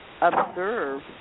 observe